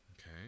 okay